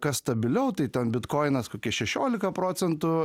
kas stabiliau tai ten bitkoinas kokia šešiolika procentų